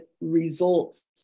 results